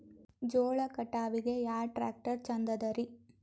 ಜೋಳ ಕಟಾವಿಗಿ ಯಾ ಟ್ಯ್ರಾಕ್ಟರ ಛಂದದರಿ?